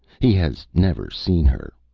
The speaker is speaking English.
he has never seen her.